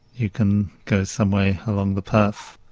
you can go some way along the path.